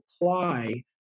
apply